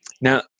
Now